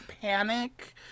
panic